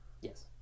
Yes